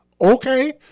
okay